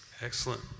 Excellent